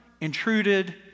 intruded